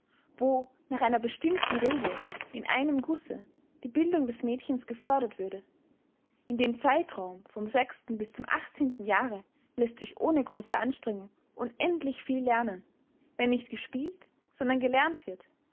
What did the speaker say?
wo nach einer bestimmten regel in einem gusse die bildung des mädchens gefördert würde in dem zeitraum vom sechsten bis zum achtzehnten jahre läßt sich ohne große anstrengung unendlich viel lernen wenn nicht gespielt sondern gelernt wird